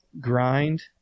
grind